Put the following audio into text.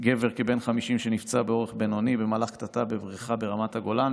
גבר כבן 50 שנפצע באורח בינוני במהלך קטטה בברכה ברמת הגולן